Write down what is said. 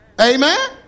Amen